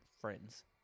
friends